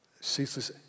ceaseless